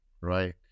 Right